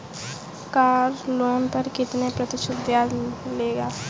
Car loan पर कितने प्रतिशत ब्याज लगेगा?